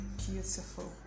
beautiful